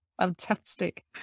Fantastic